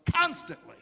constantly